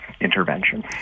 intervention